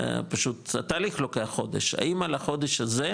פשוט התהליך לוקח חודש, האם על החודש הזה,